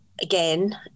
again